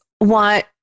want